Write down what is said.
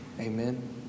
Amen